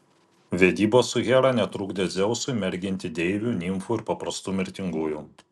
vedybos su hera netrukdė dzeusui merginti deivių nimfų ir paprastų mirtingųjų